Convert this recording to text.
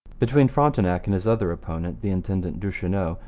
between frontenac and his other opponent, the intendant duchesneau,